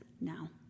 now